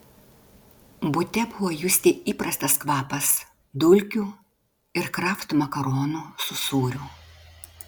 bute buvo justi įprastas kvapas dulkių ir kraft makaronų su sūriu